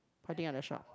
pointing on the shop